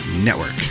Network